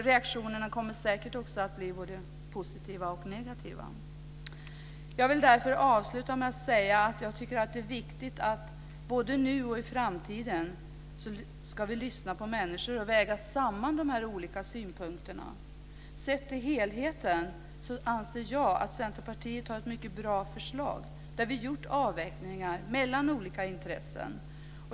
Reaktionerna kommer säkert också att bli både positiva och negativa. Jag vill därför avsluta med att säga att jag tycker att det är viktigt att både nu och i framtiden lyssna på människor och väga samman de olika synpunkterna. Sett till helheten anser jag att Centerpartiet har ett mycket bra förslag, där det gjorts avvägningar mellan olika intressen.